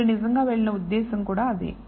మీరు నిజంగా వెళ్ళిన ఉద్దేశ్యం అదే